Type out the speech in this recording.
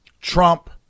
Trump